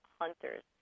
hunters